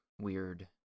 weird